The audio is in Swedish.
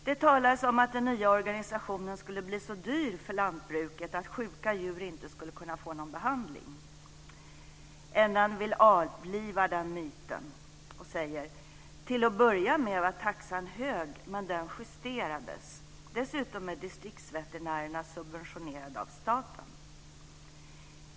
Det talades om att den nya organisationen skulle bli så dyr för lantbruket att sjuka djur inte skulle kunna få någon behandling. NN vill avliva den myten och säger: Till att börja med var taxan hög, men den justerades. Dessutom är distriktsveterinärerna subventionerade av staten.